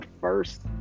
first